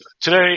Today